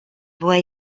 boy